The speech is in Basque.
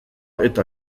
eta